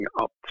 up